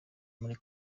muri